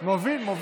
מובל, מוביל.